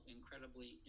incredibly